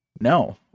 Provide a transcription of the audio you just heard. no